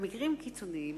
במקרים קיצוניים,